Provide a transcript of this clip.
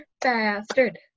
Bastard